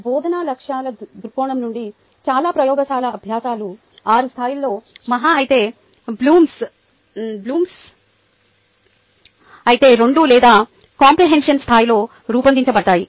బోధనా లక్ష్యాల దృక్కోణం నుండి చాలా ప్రయోగశాల అభ్యాసాలు 6 స్థాయిలలో మహా ఐతే బ్లూమ్ స్థాయి 2 లేదా కాంప్రహెన్షన్ స్థాయిలో రూపొందించబడ్డాయి